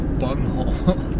bunghole